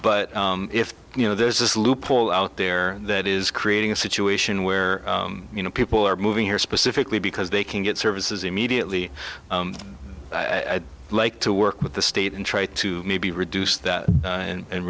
but if you know there's this loophole out there that is creating a situation where you know people are moving here specifically because they can get services immediately i'd like to work with the state and try to maybe reduce that and